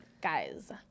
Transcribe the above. Guys